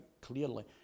clearly